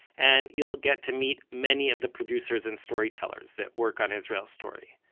and you'll get to meet many of the producers and storytellers that work on israel story.